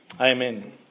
Amen